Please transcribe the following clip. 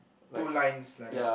two lines like that